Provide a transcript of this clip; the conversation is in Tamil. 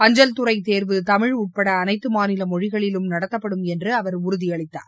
அஞ்சல்துறை தேர்வு தமிழ் உட்பட அனைத்து மாநில மொழிகளிலும் நடத்தப்படும் என்று அவர் உறுதியளித்தார்